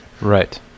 Right